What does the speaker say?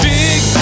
big